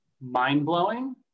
mind-blowing